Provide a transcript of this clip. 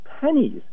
pennies